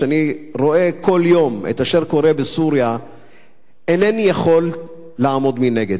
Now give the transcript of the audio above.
כשאני רואה כל יום את אשר קורה בסוריה אינני יכול לעמוד מנגד.